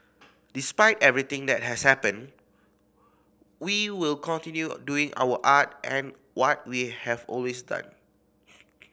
despite everything that has happened we will continue doing our art and what we have always done